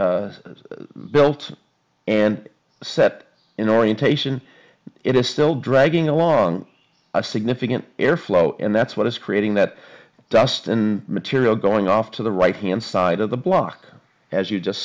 is built and set in orientation it is still dragging along a significant airflow and that's what is creating that dust and material going off to the right hand side of the block as you just